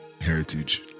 heritage